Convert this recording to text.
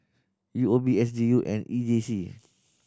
U O B S D U and E J C